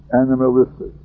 animalistic